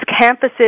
campuses